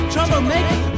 Troublemaker